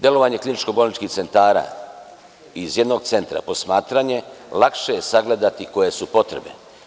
Delovanje kliničko bolničkih centara iz jednog centra posmatranje lakše je sagledati koje su potrebe.